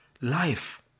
life